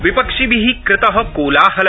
विपक्षिभि कृत कोलाहल